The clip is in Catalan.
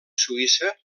suïssa